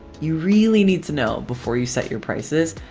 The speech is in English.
you really need to know before you set your prices.